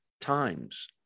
times